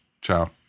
ciao